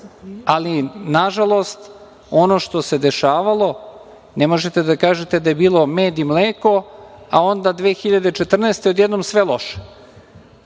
Ali, nažalost, ono što se dešavalo, ne možete da kažete da je bilo med i mleko, a onda 2014. godine odjednom sve loše. Žao